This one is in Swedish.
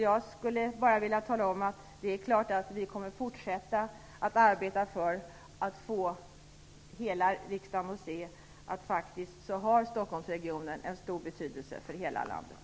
Jag vill bara tala om att det är klart att vi kommer att fortsätta att arbeta för att få hela riksdagen att se att Stockholmsregionen faktiskt har en stor betydelse för hela landet.